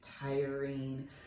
tiring